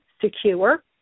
secure